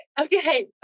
okay